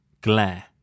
Glare